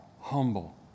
humble